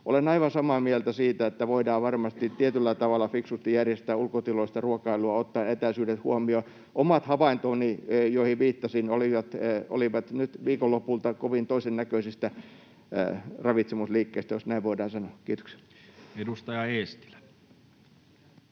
Olen aivan samaa mieltä siitä, että voidaan varmasti tietyllä tavalla fiksusti järjestää ulkotiloissa ruokailua, ottaa etäisyydet huomioon. Omat havaintoni, joihin viittasin, olivat nyt viikonlopulta kovin toisen näköisestä ravitsemusliikkeestä, jos näin voidaan sanoa. — Kiitoksia. Edustaja Eestilä.